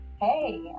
hey